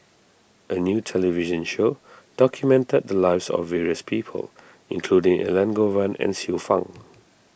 a new television show documented the lives of various people including Elangovan and Xiu Fang